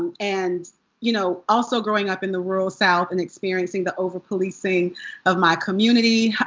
and and you know, also growing up in the rural south, and experiencing the overpolicing of my community,